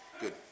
Good